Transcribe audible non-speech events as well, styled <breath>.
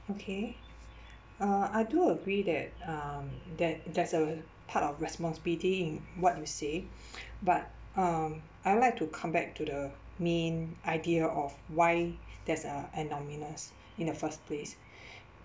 okay uh I do agree that um that there's a part of responsibility in what you say <noise> but um I'd like to come back to the main idea of why there's a in the first place <breath>